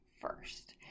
first